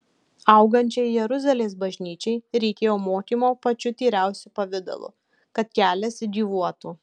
augančiai jeruzalės bažnyčiai reikėjo mokymo pačiu tyriausiu pavidalu kad kelias gyvuotų